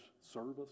service